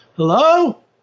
Hello